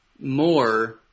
more